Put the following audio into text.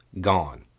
Gone